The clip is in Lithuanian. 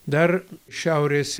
dar šiaurės